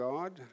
God